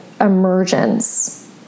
emergence